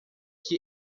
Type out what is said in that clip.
que